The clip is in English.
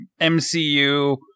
MCU